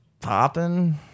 popping